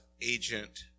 agent